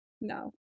No